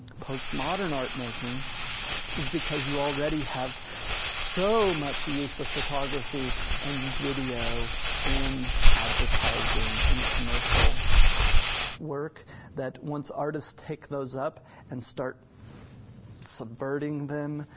post-modern making is because you already have so much use of photography and video in advertising, in commercial work that once artist take those up and start subverting them,